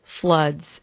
floods